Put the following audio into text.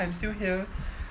I'm still here